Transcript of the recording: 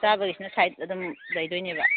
ꯆꯥꯕꯒꯤꯁꯤꯅ side ꯑꯗꯨꯝ ꯂꯩꯗꯣꯏꯅꯦꯕ